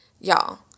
y'all